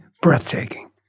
breathtaking